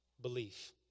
belief